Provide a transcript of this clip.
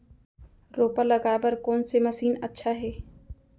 रोपा लगाय बर कोन से मशीन अच्छा हे?